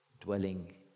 dwelling